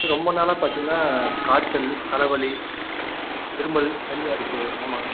ரொம்ப நாளாக பார்த்திங்னா காய்ச்சல் தலைவலி இருமல் சளியாக இருக்குது ஆமாம்